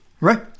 Right